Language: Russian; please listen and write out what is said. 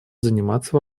заниматься